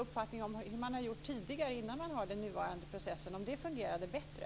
Vet han hur man gjorde innan man hade den nuvarande processen. Fungerade det bättre?